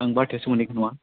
आं बारथायावसो मोनहैगोन नङा